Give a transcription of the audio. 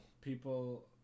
people